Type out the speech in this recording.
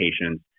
patients